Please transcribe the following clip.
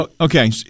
Okay